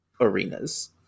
arenas